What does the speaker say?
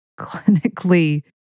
clinically